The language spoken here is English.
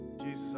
Jesus